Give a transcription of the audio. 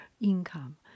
income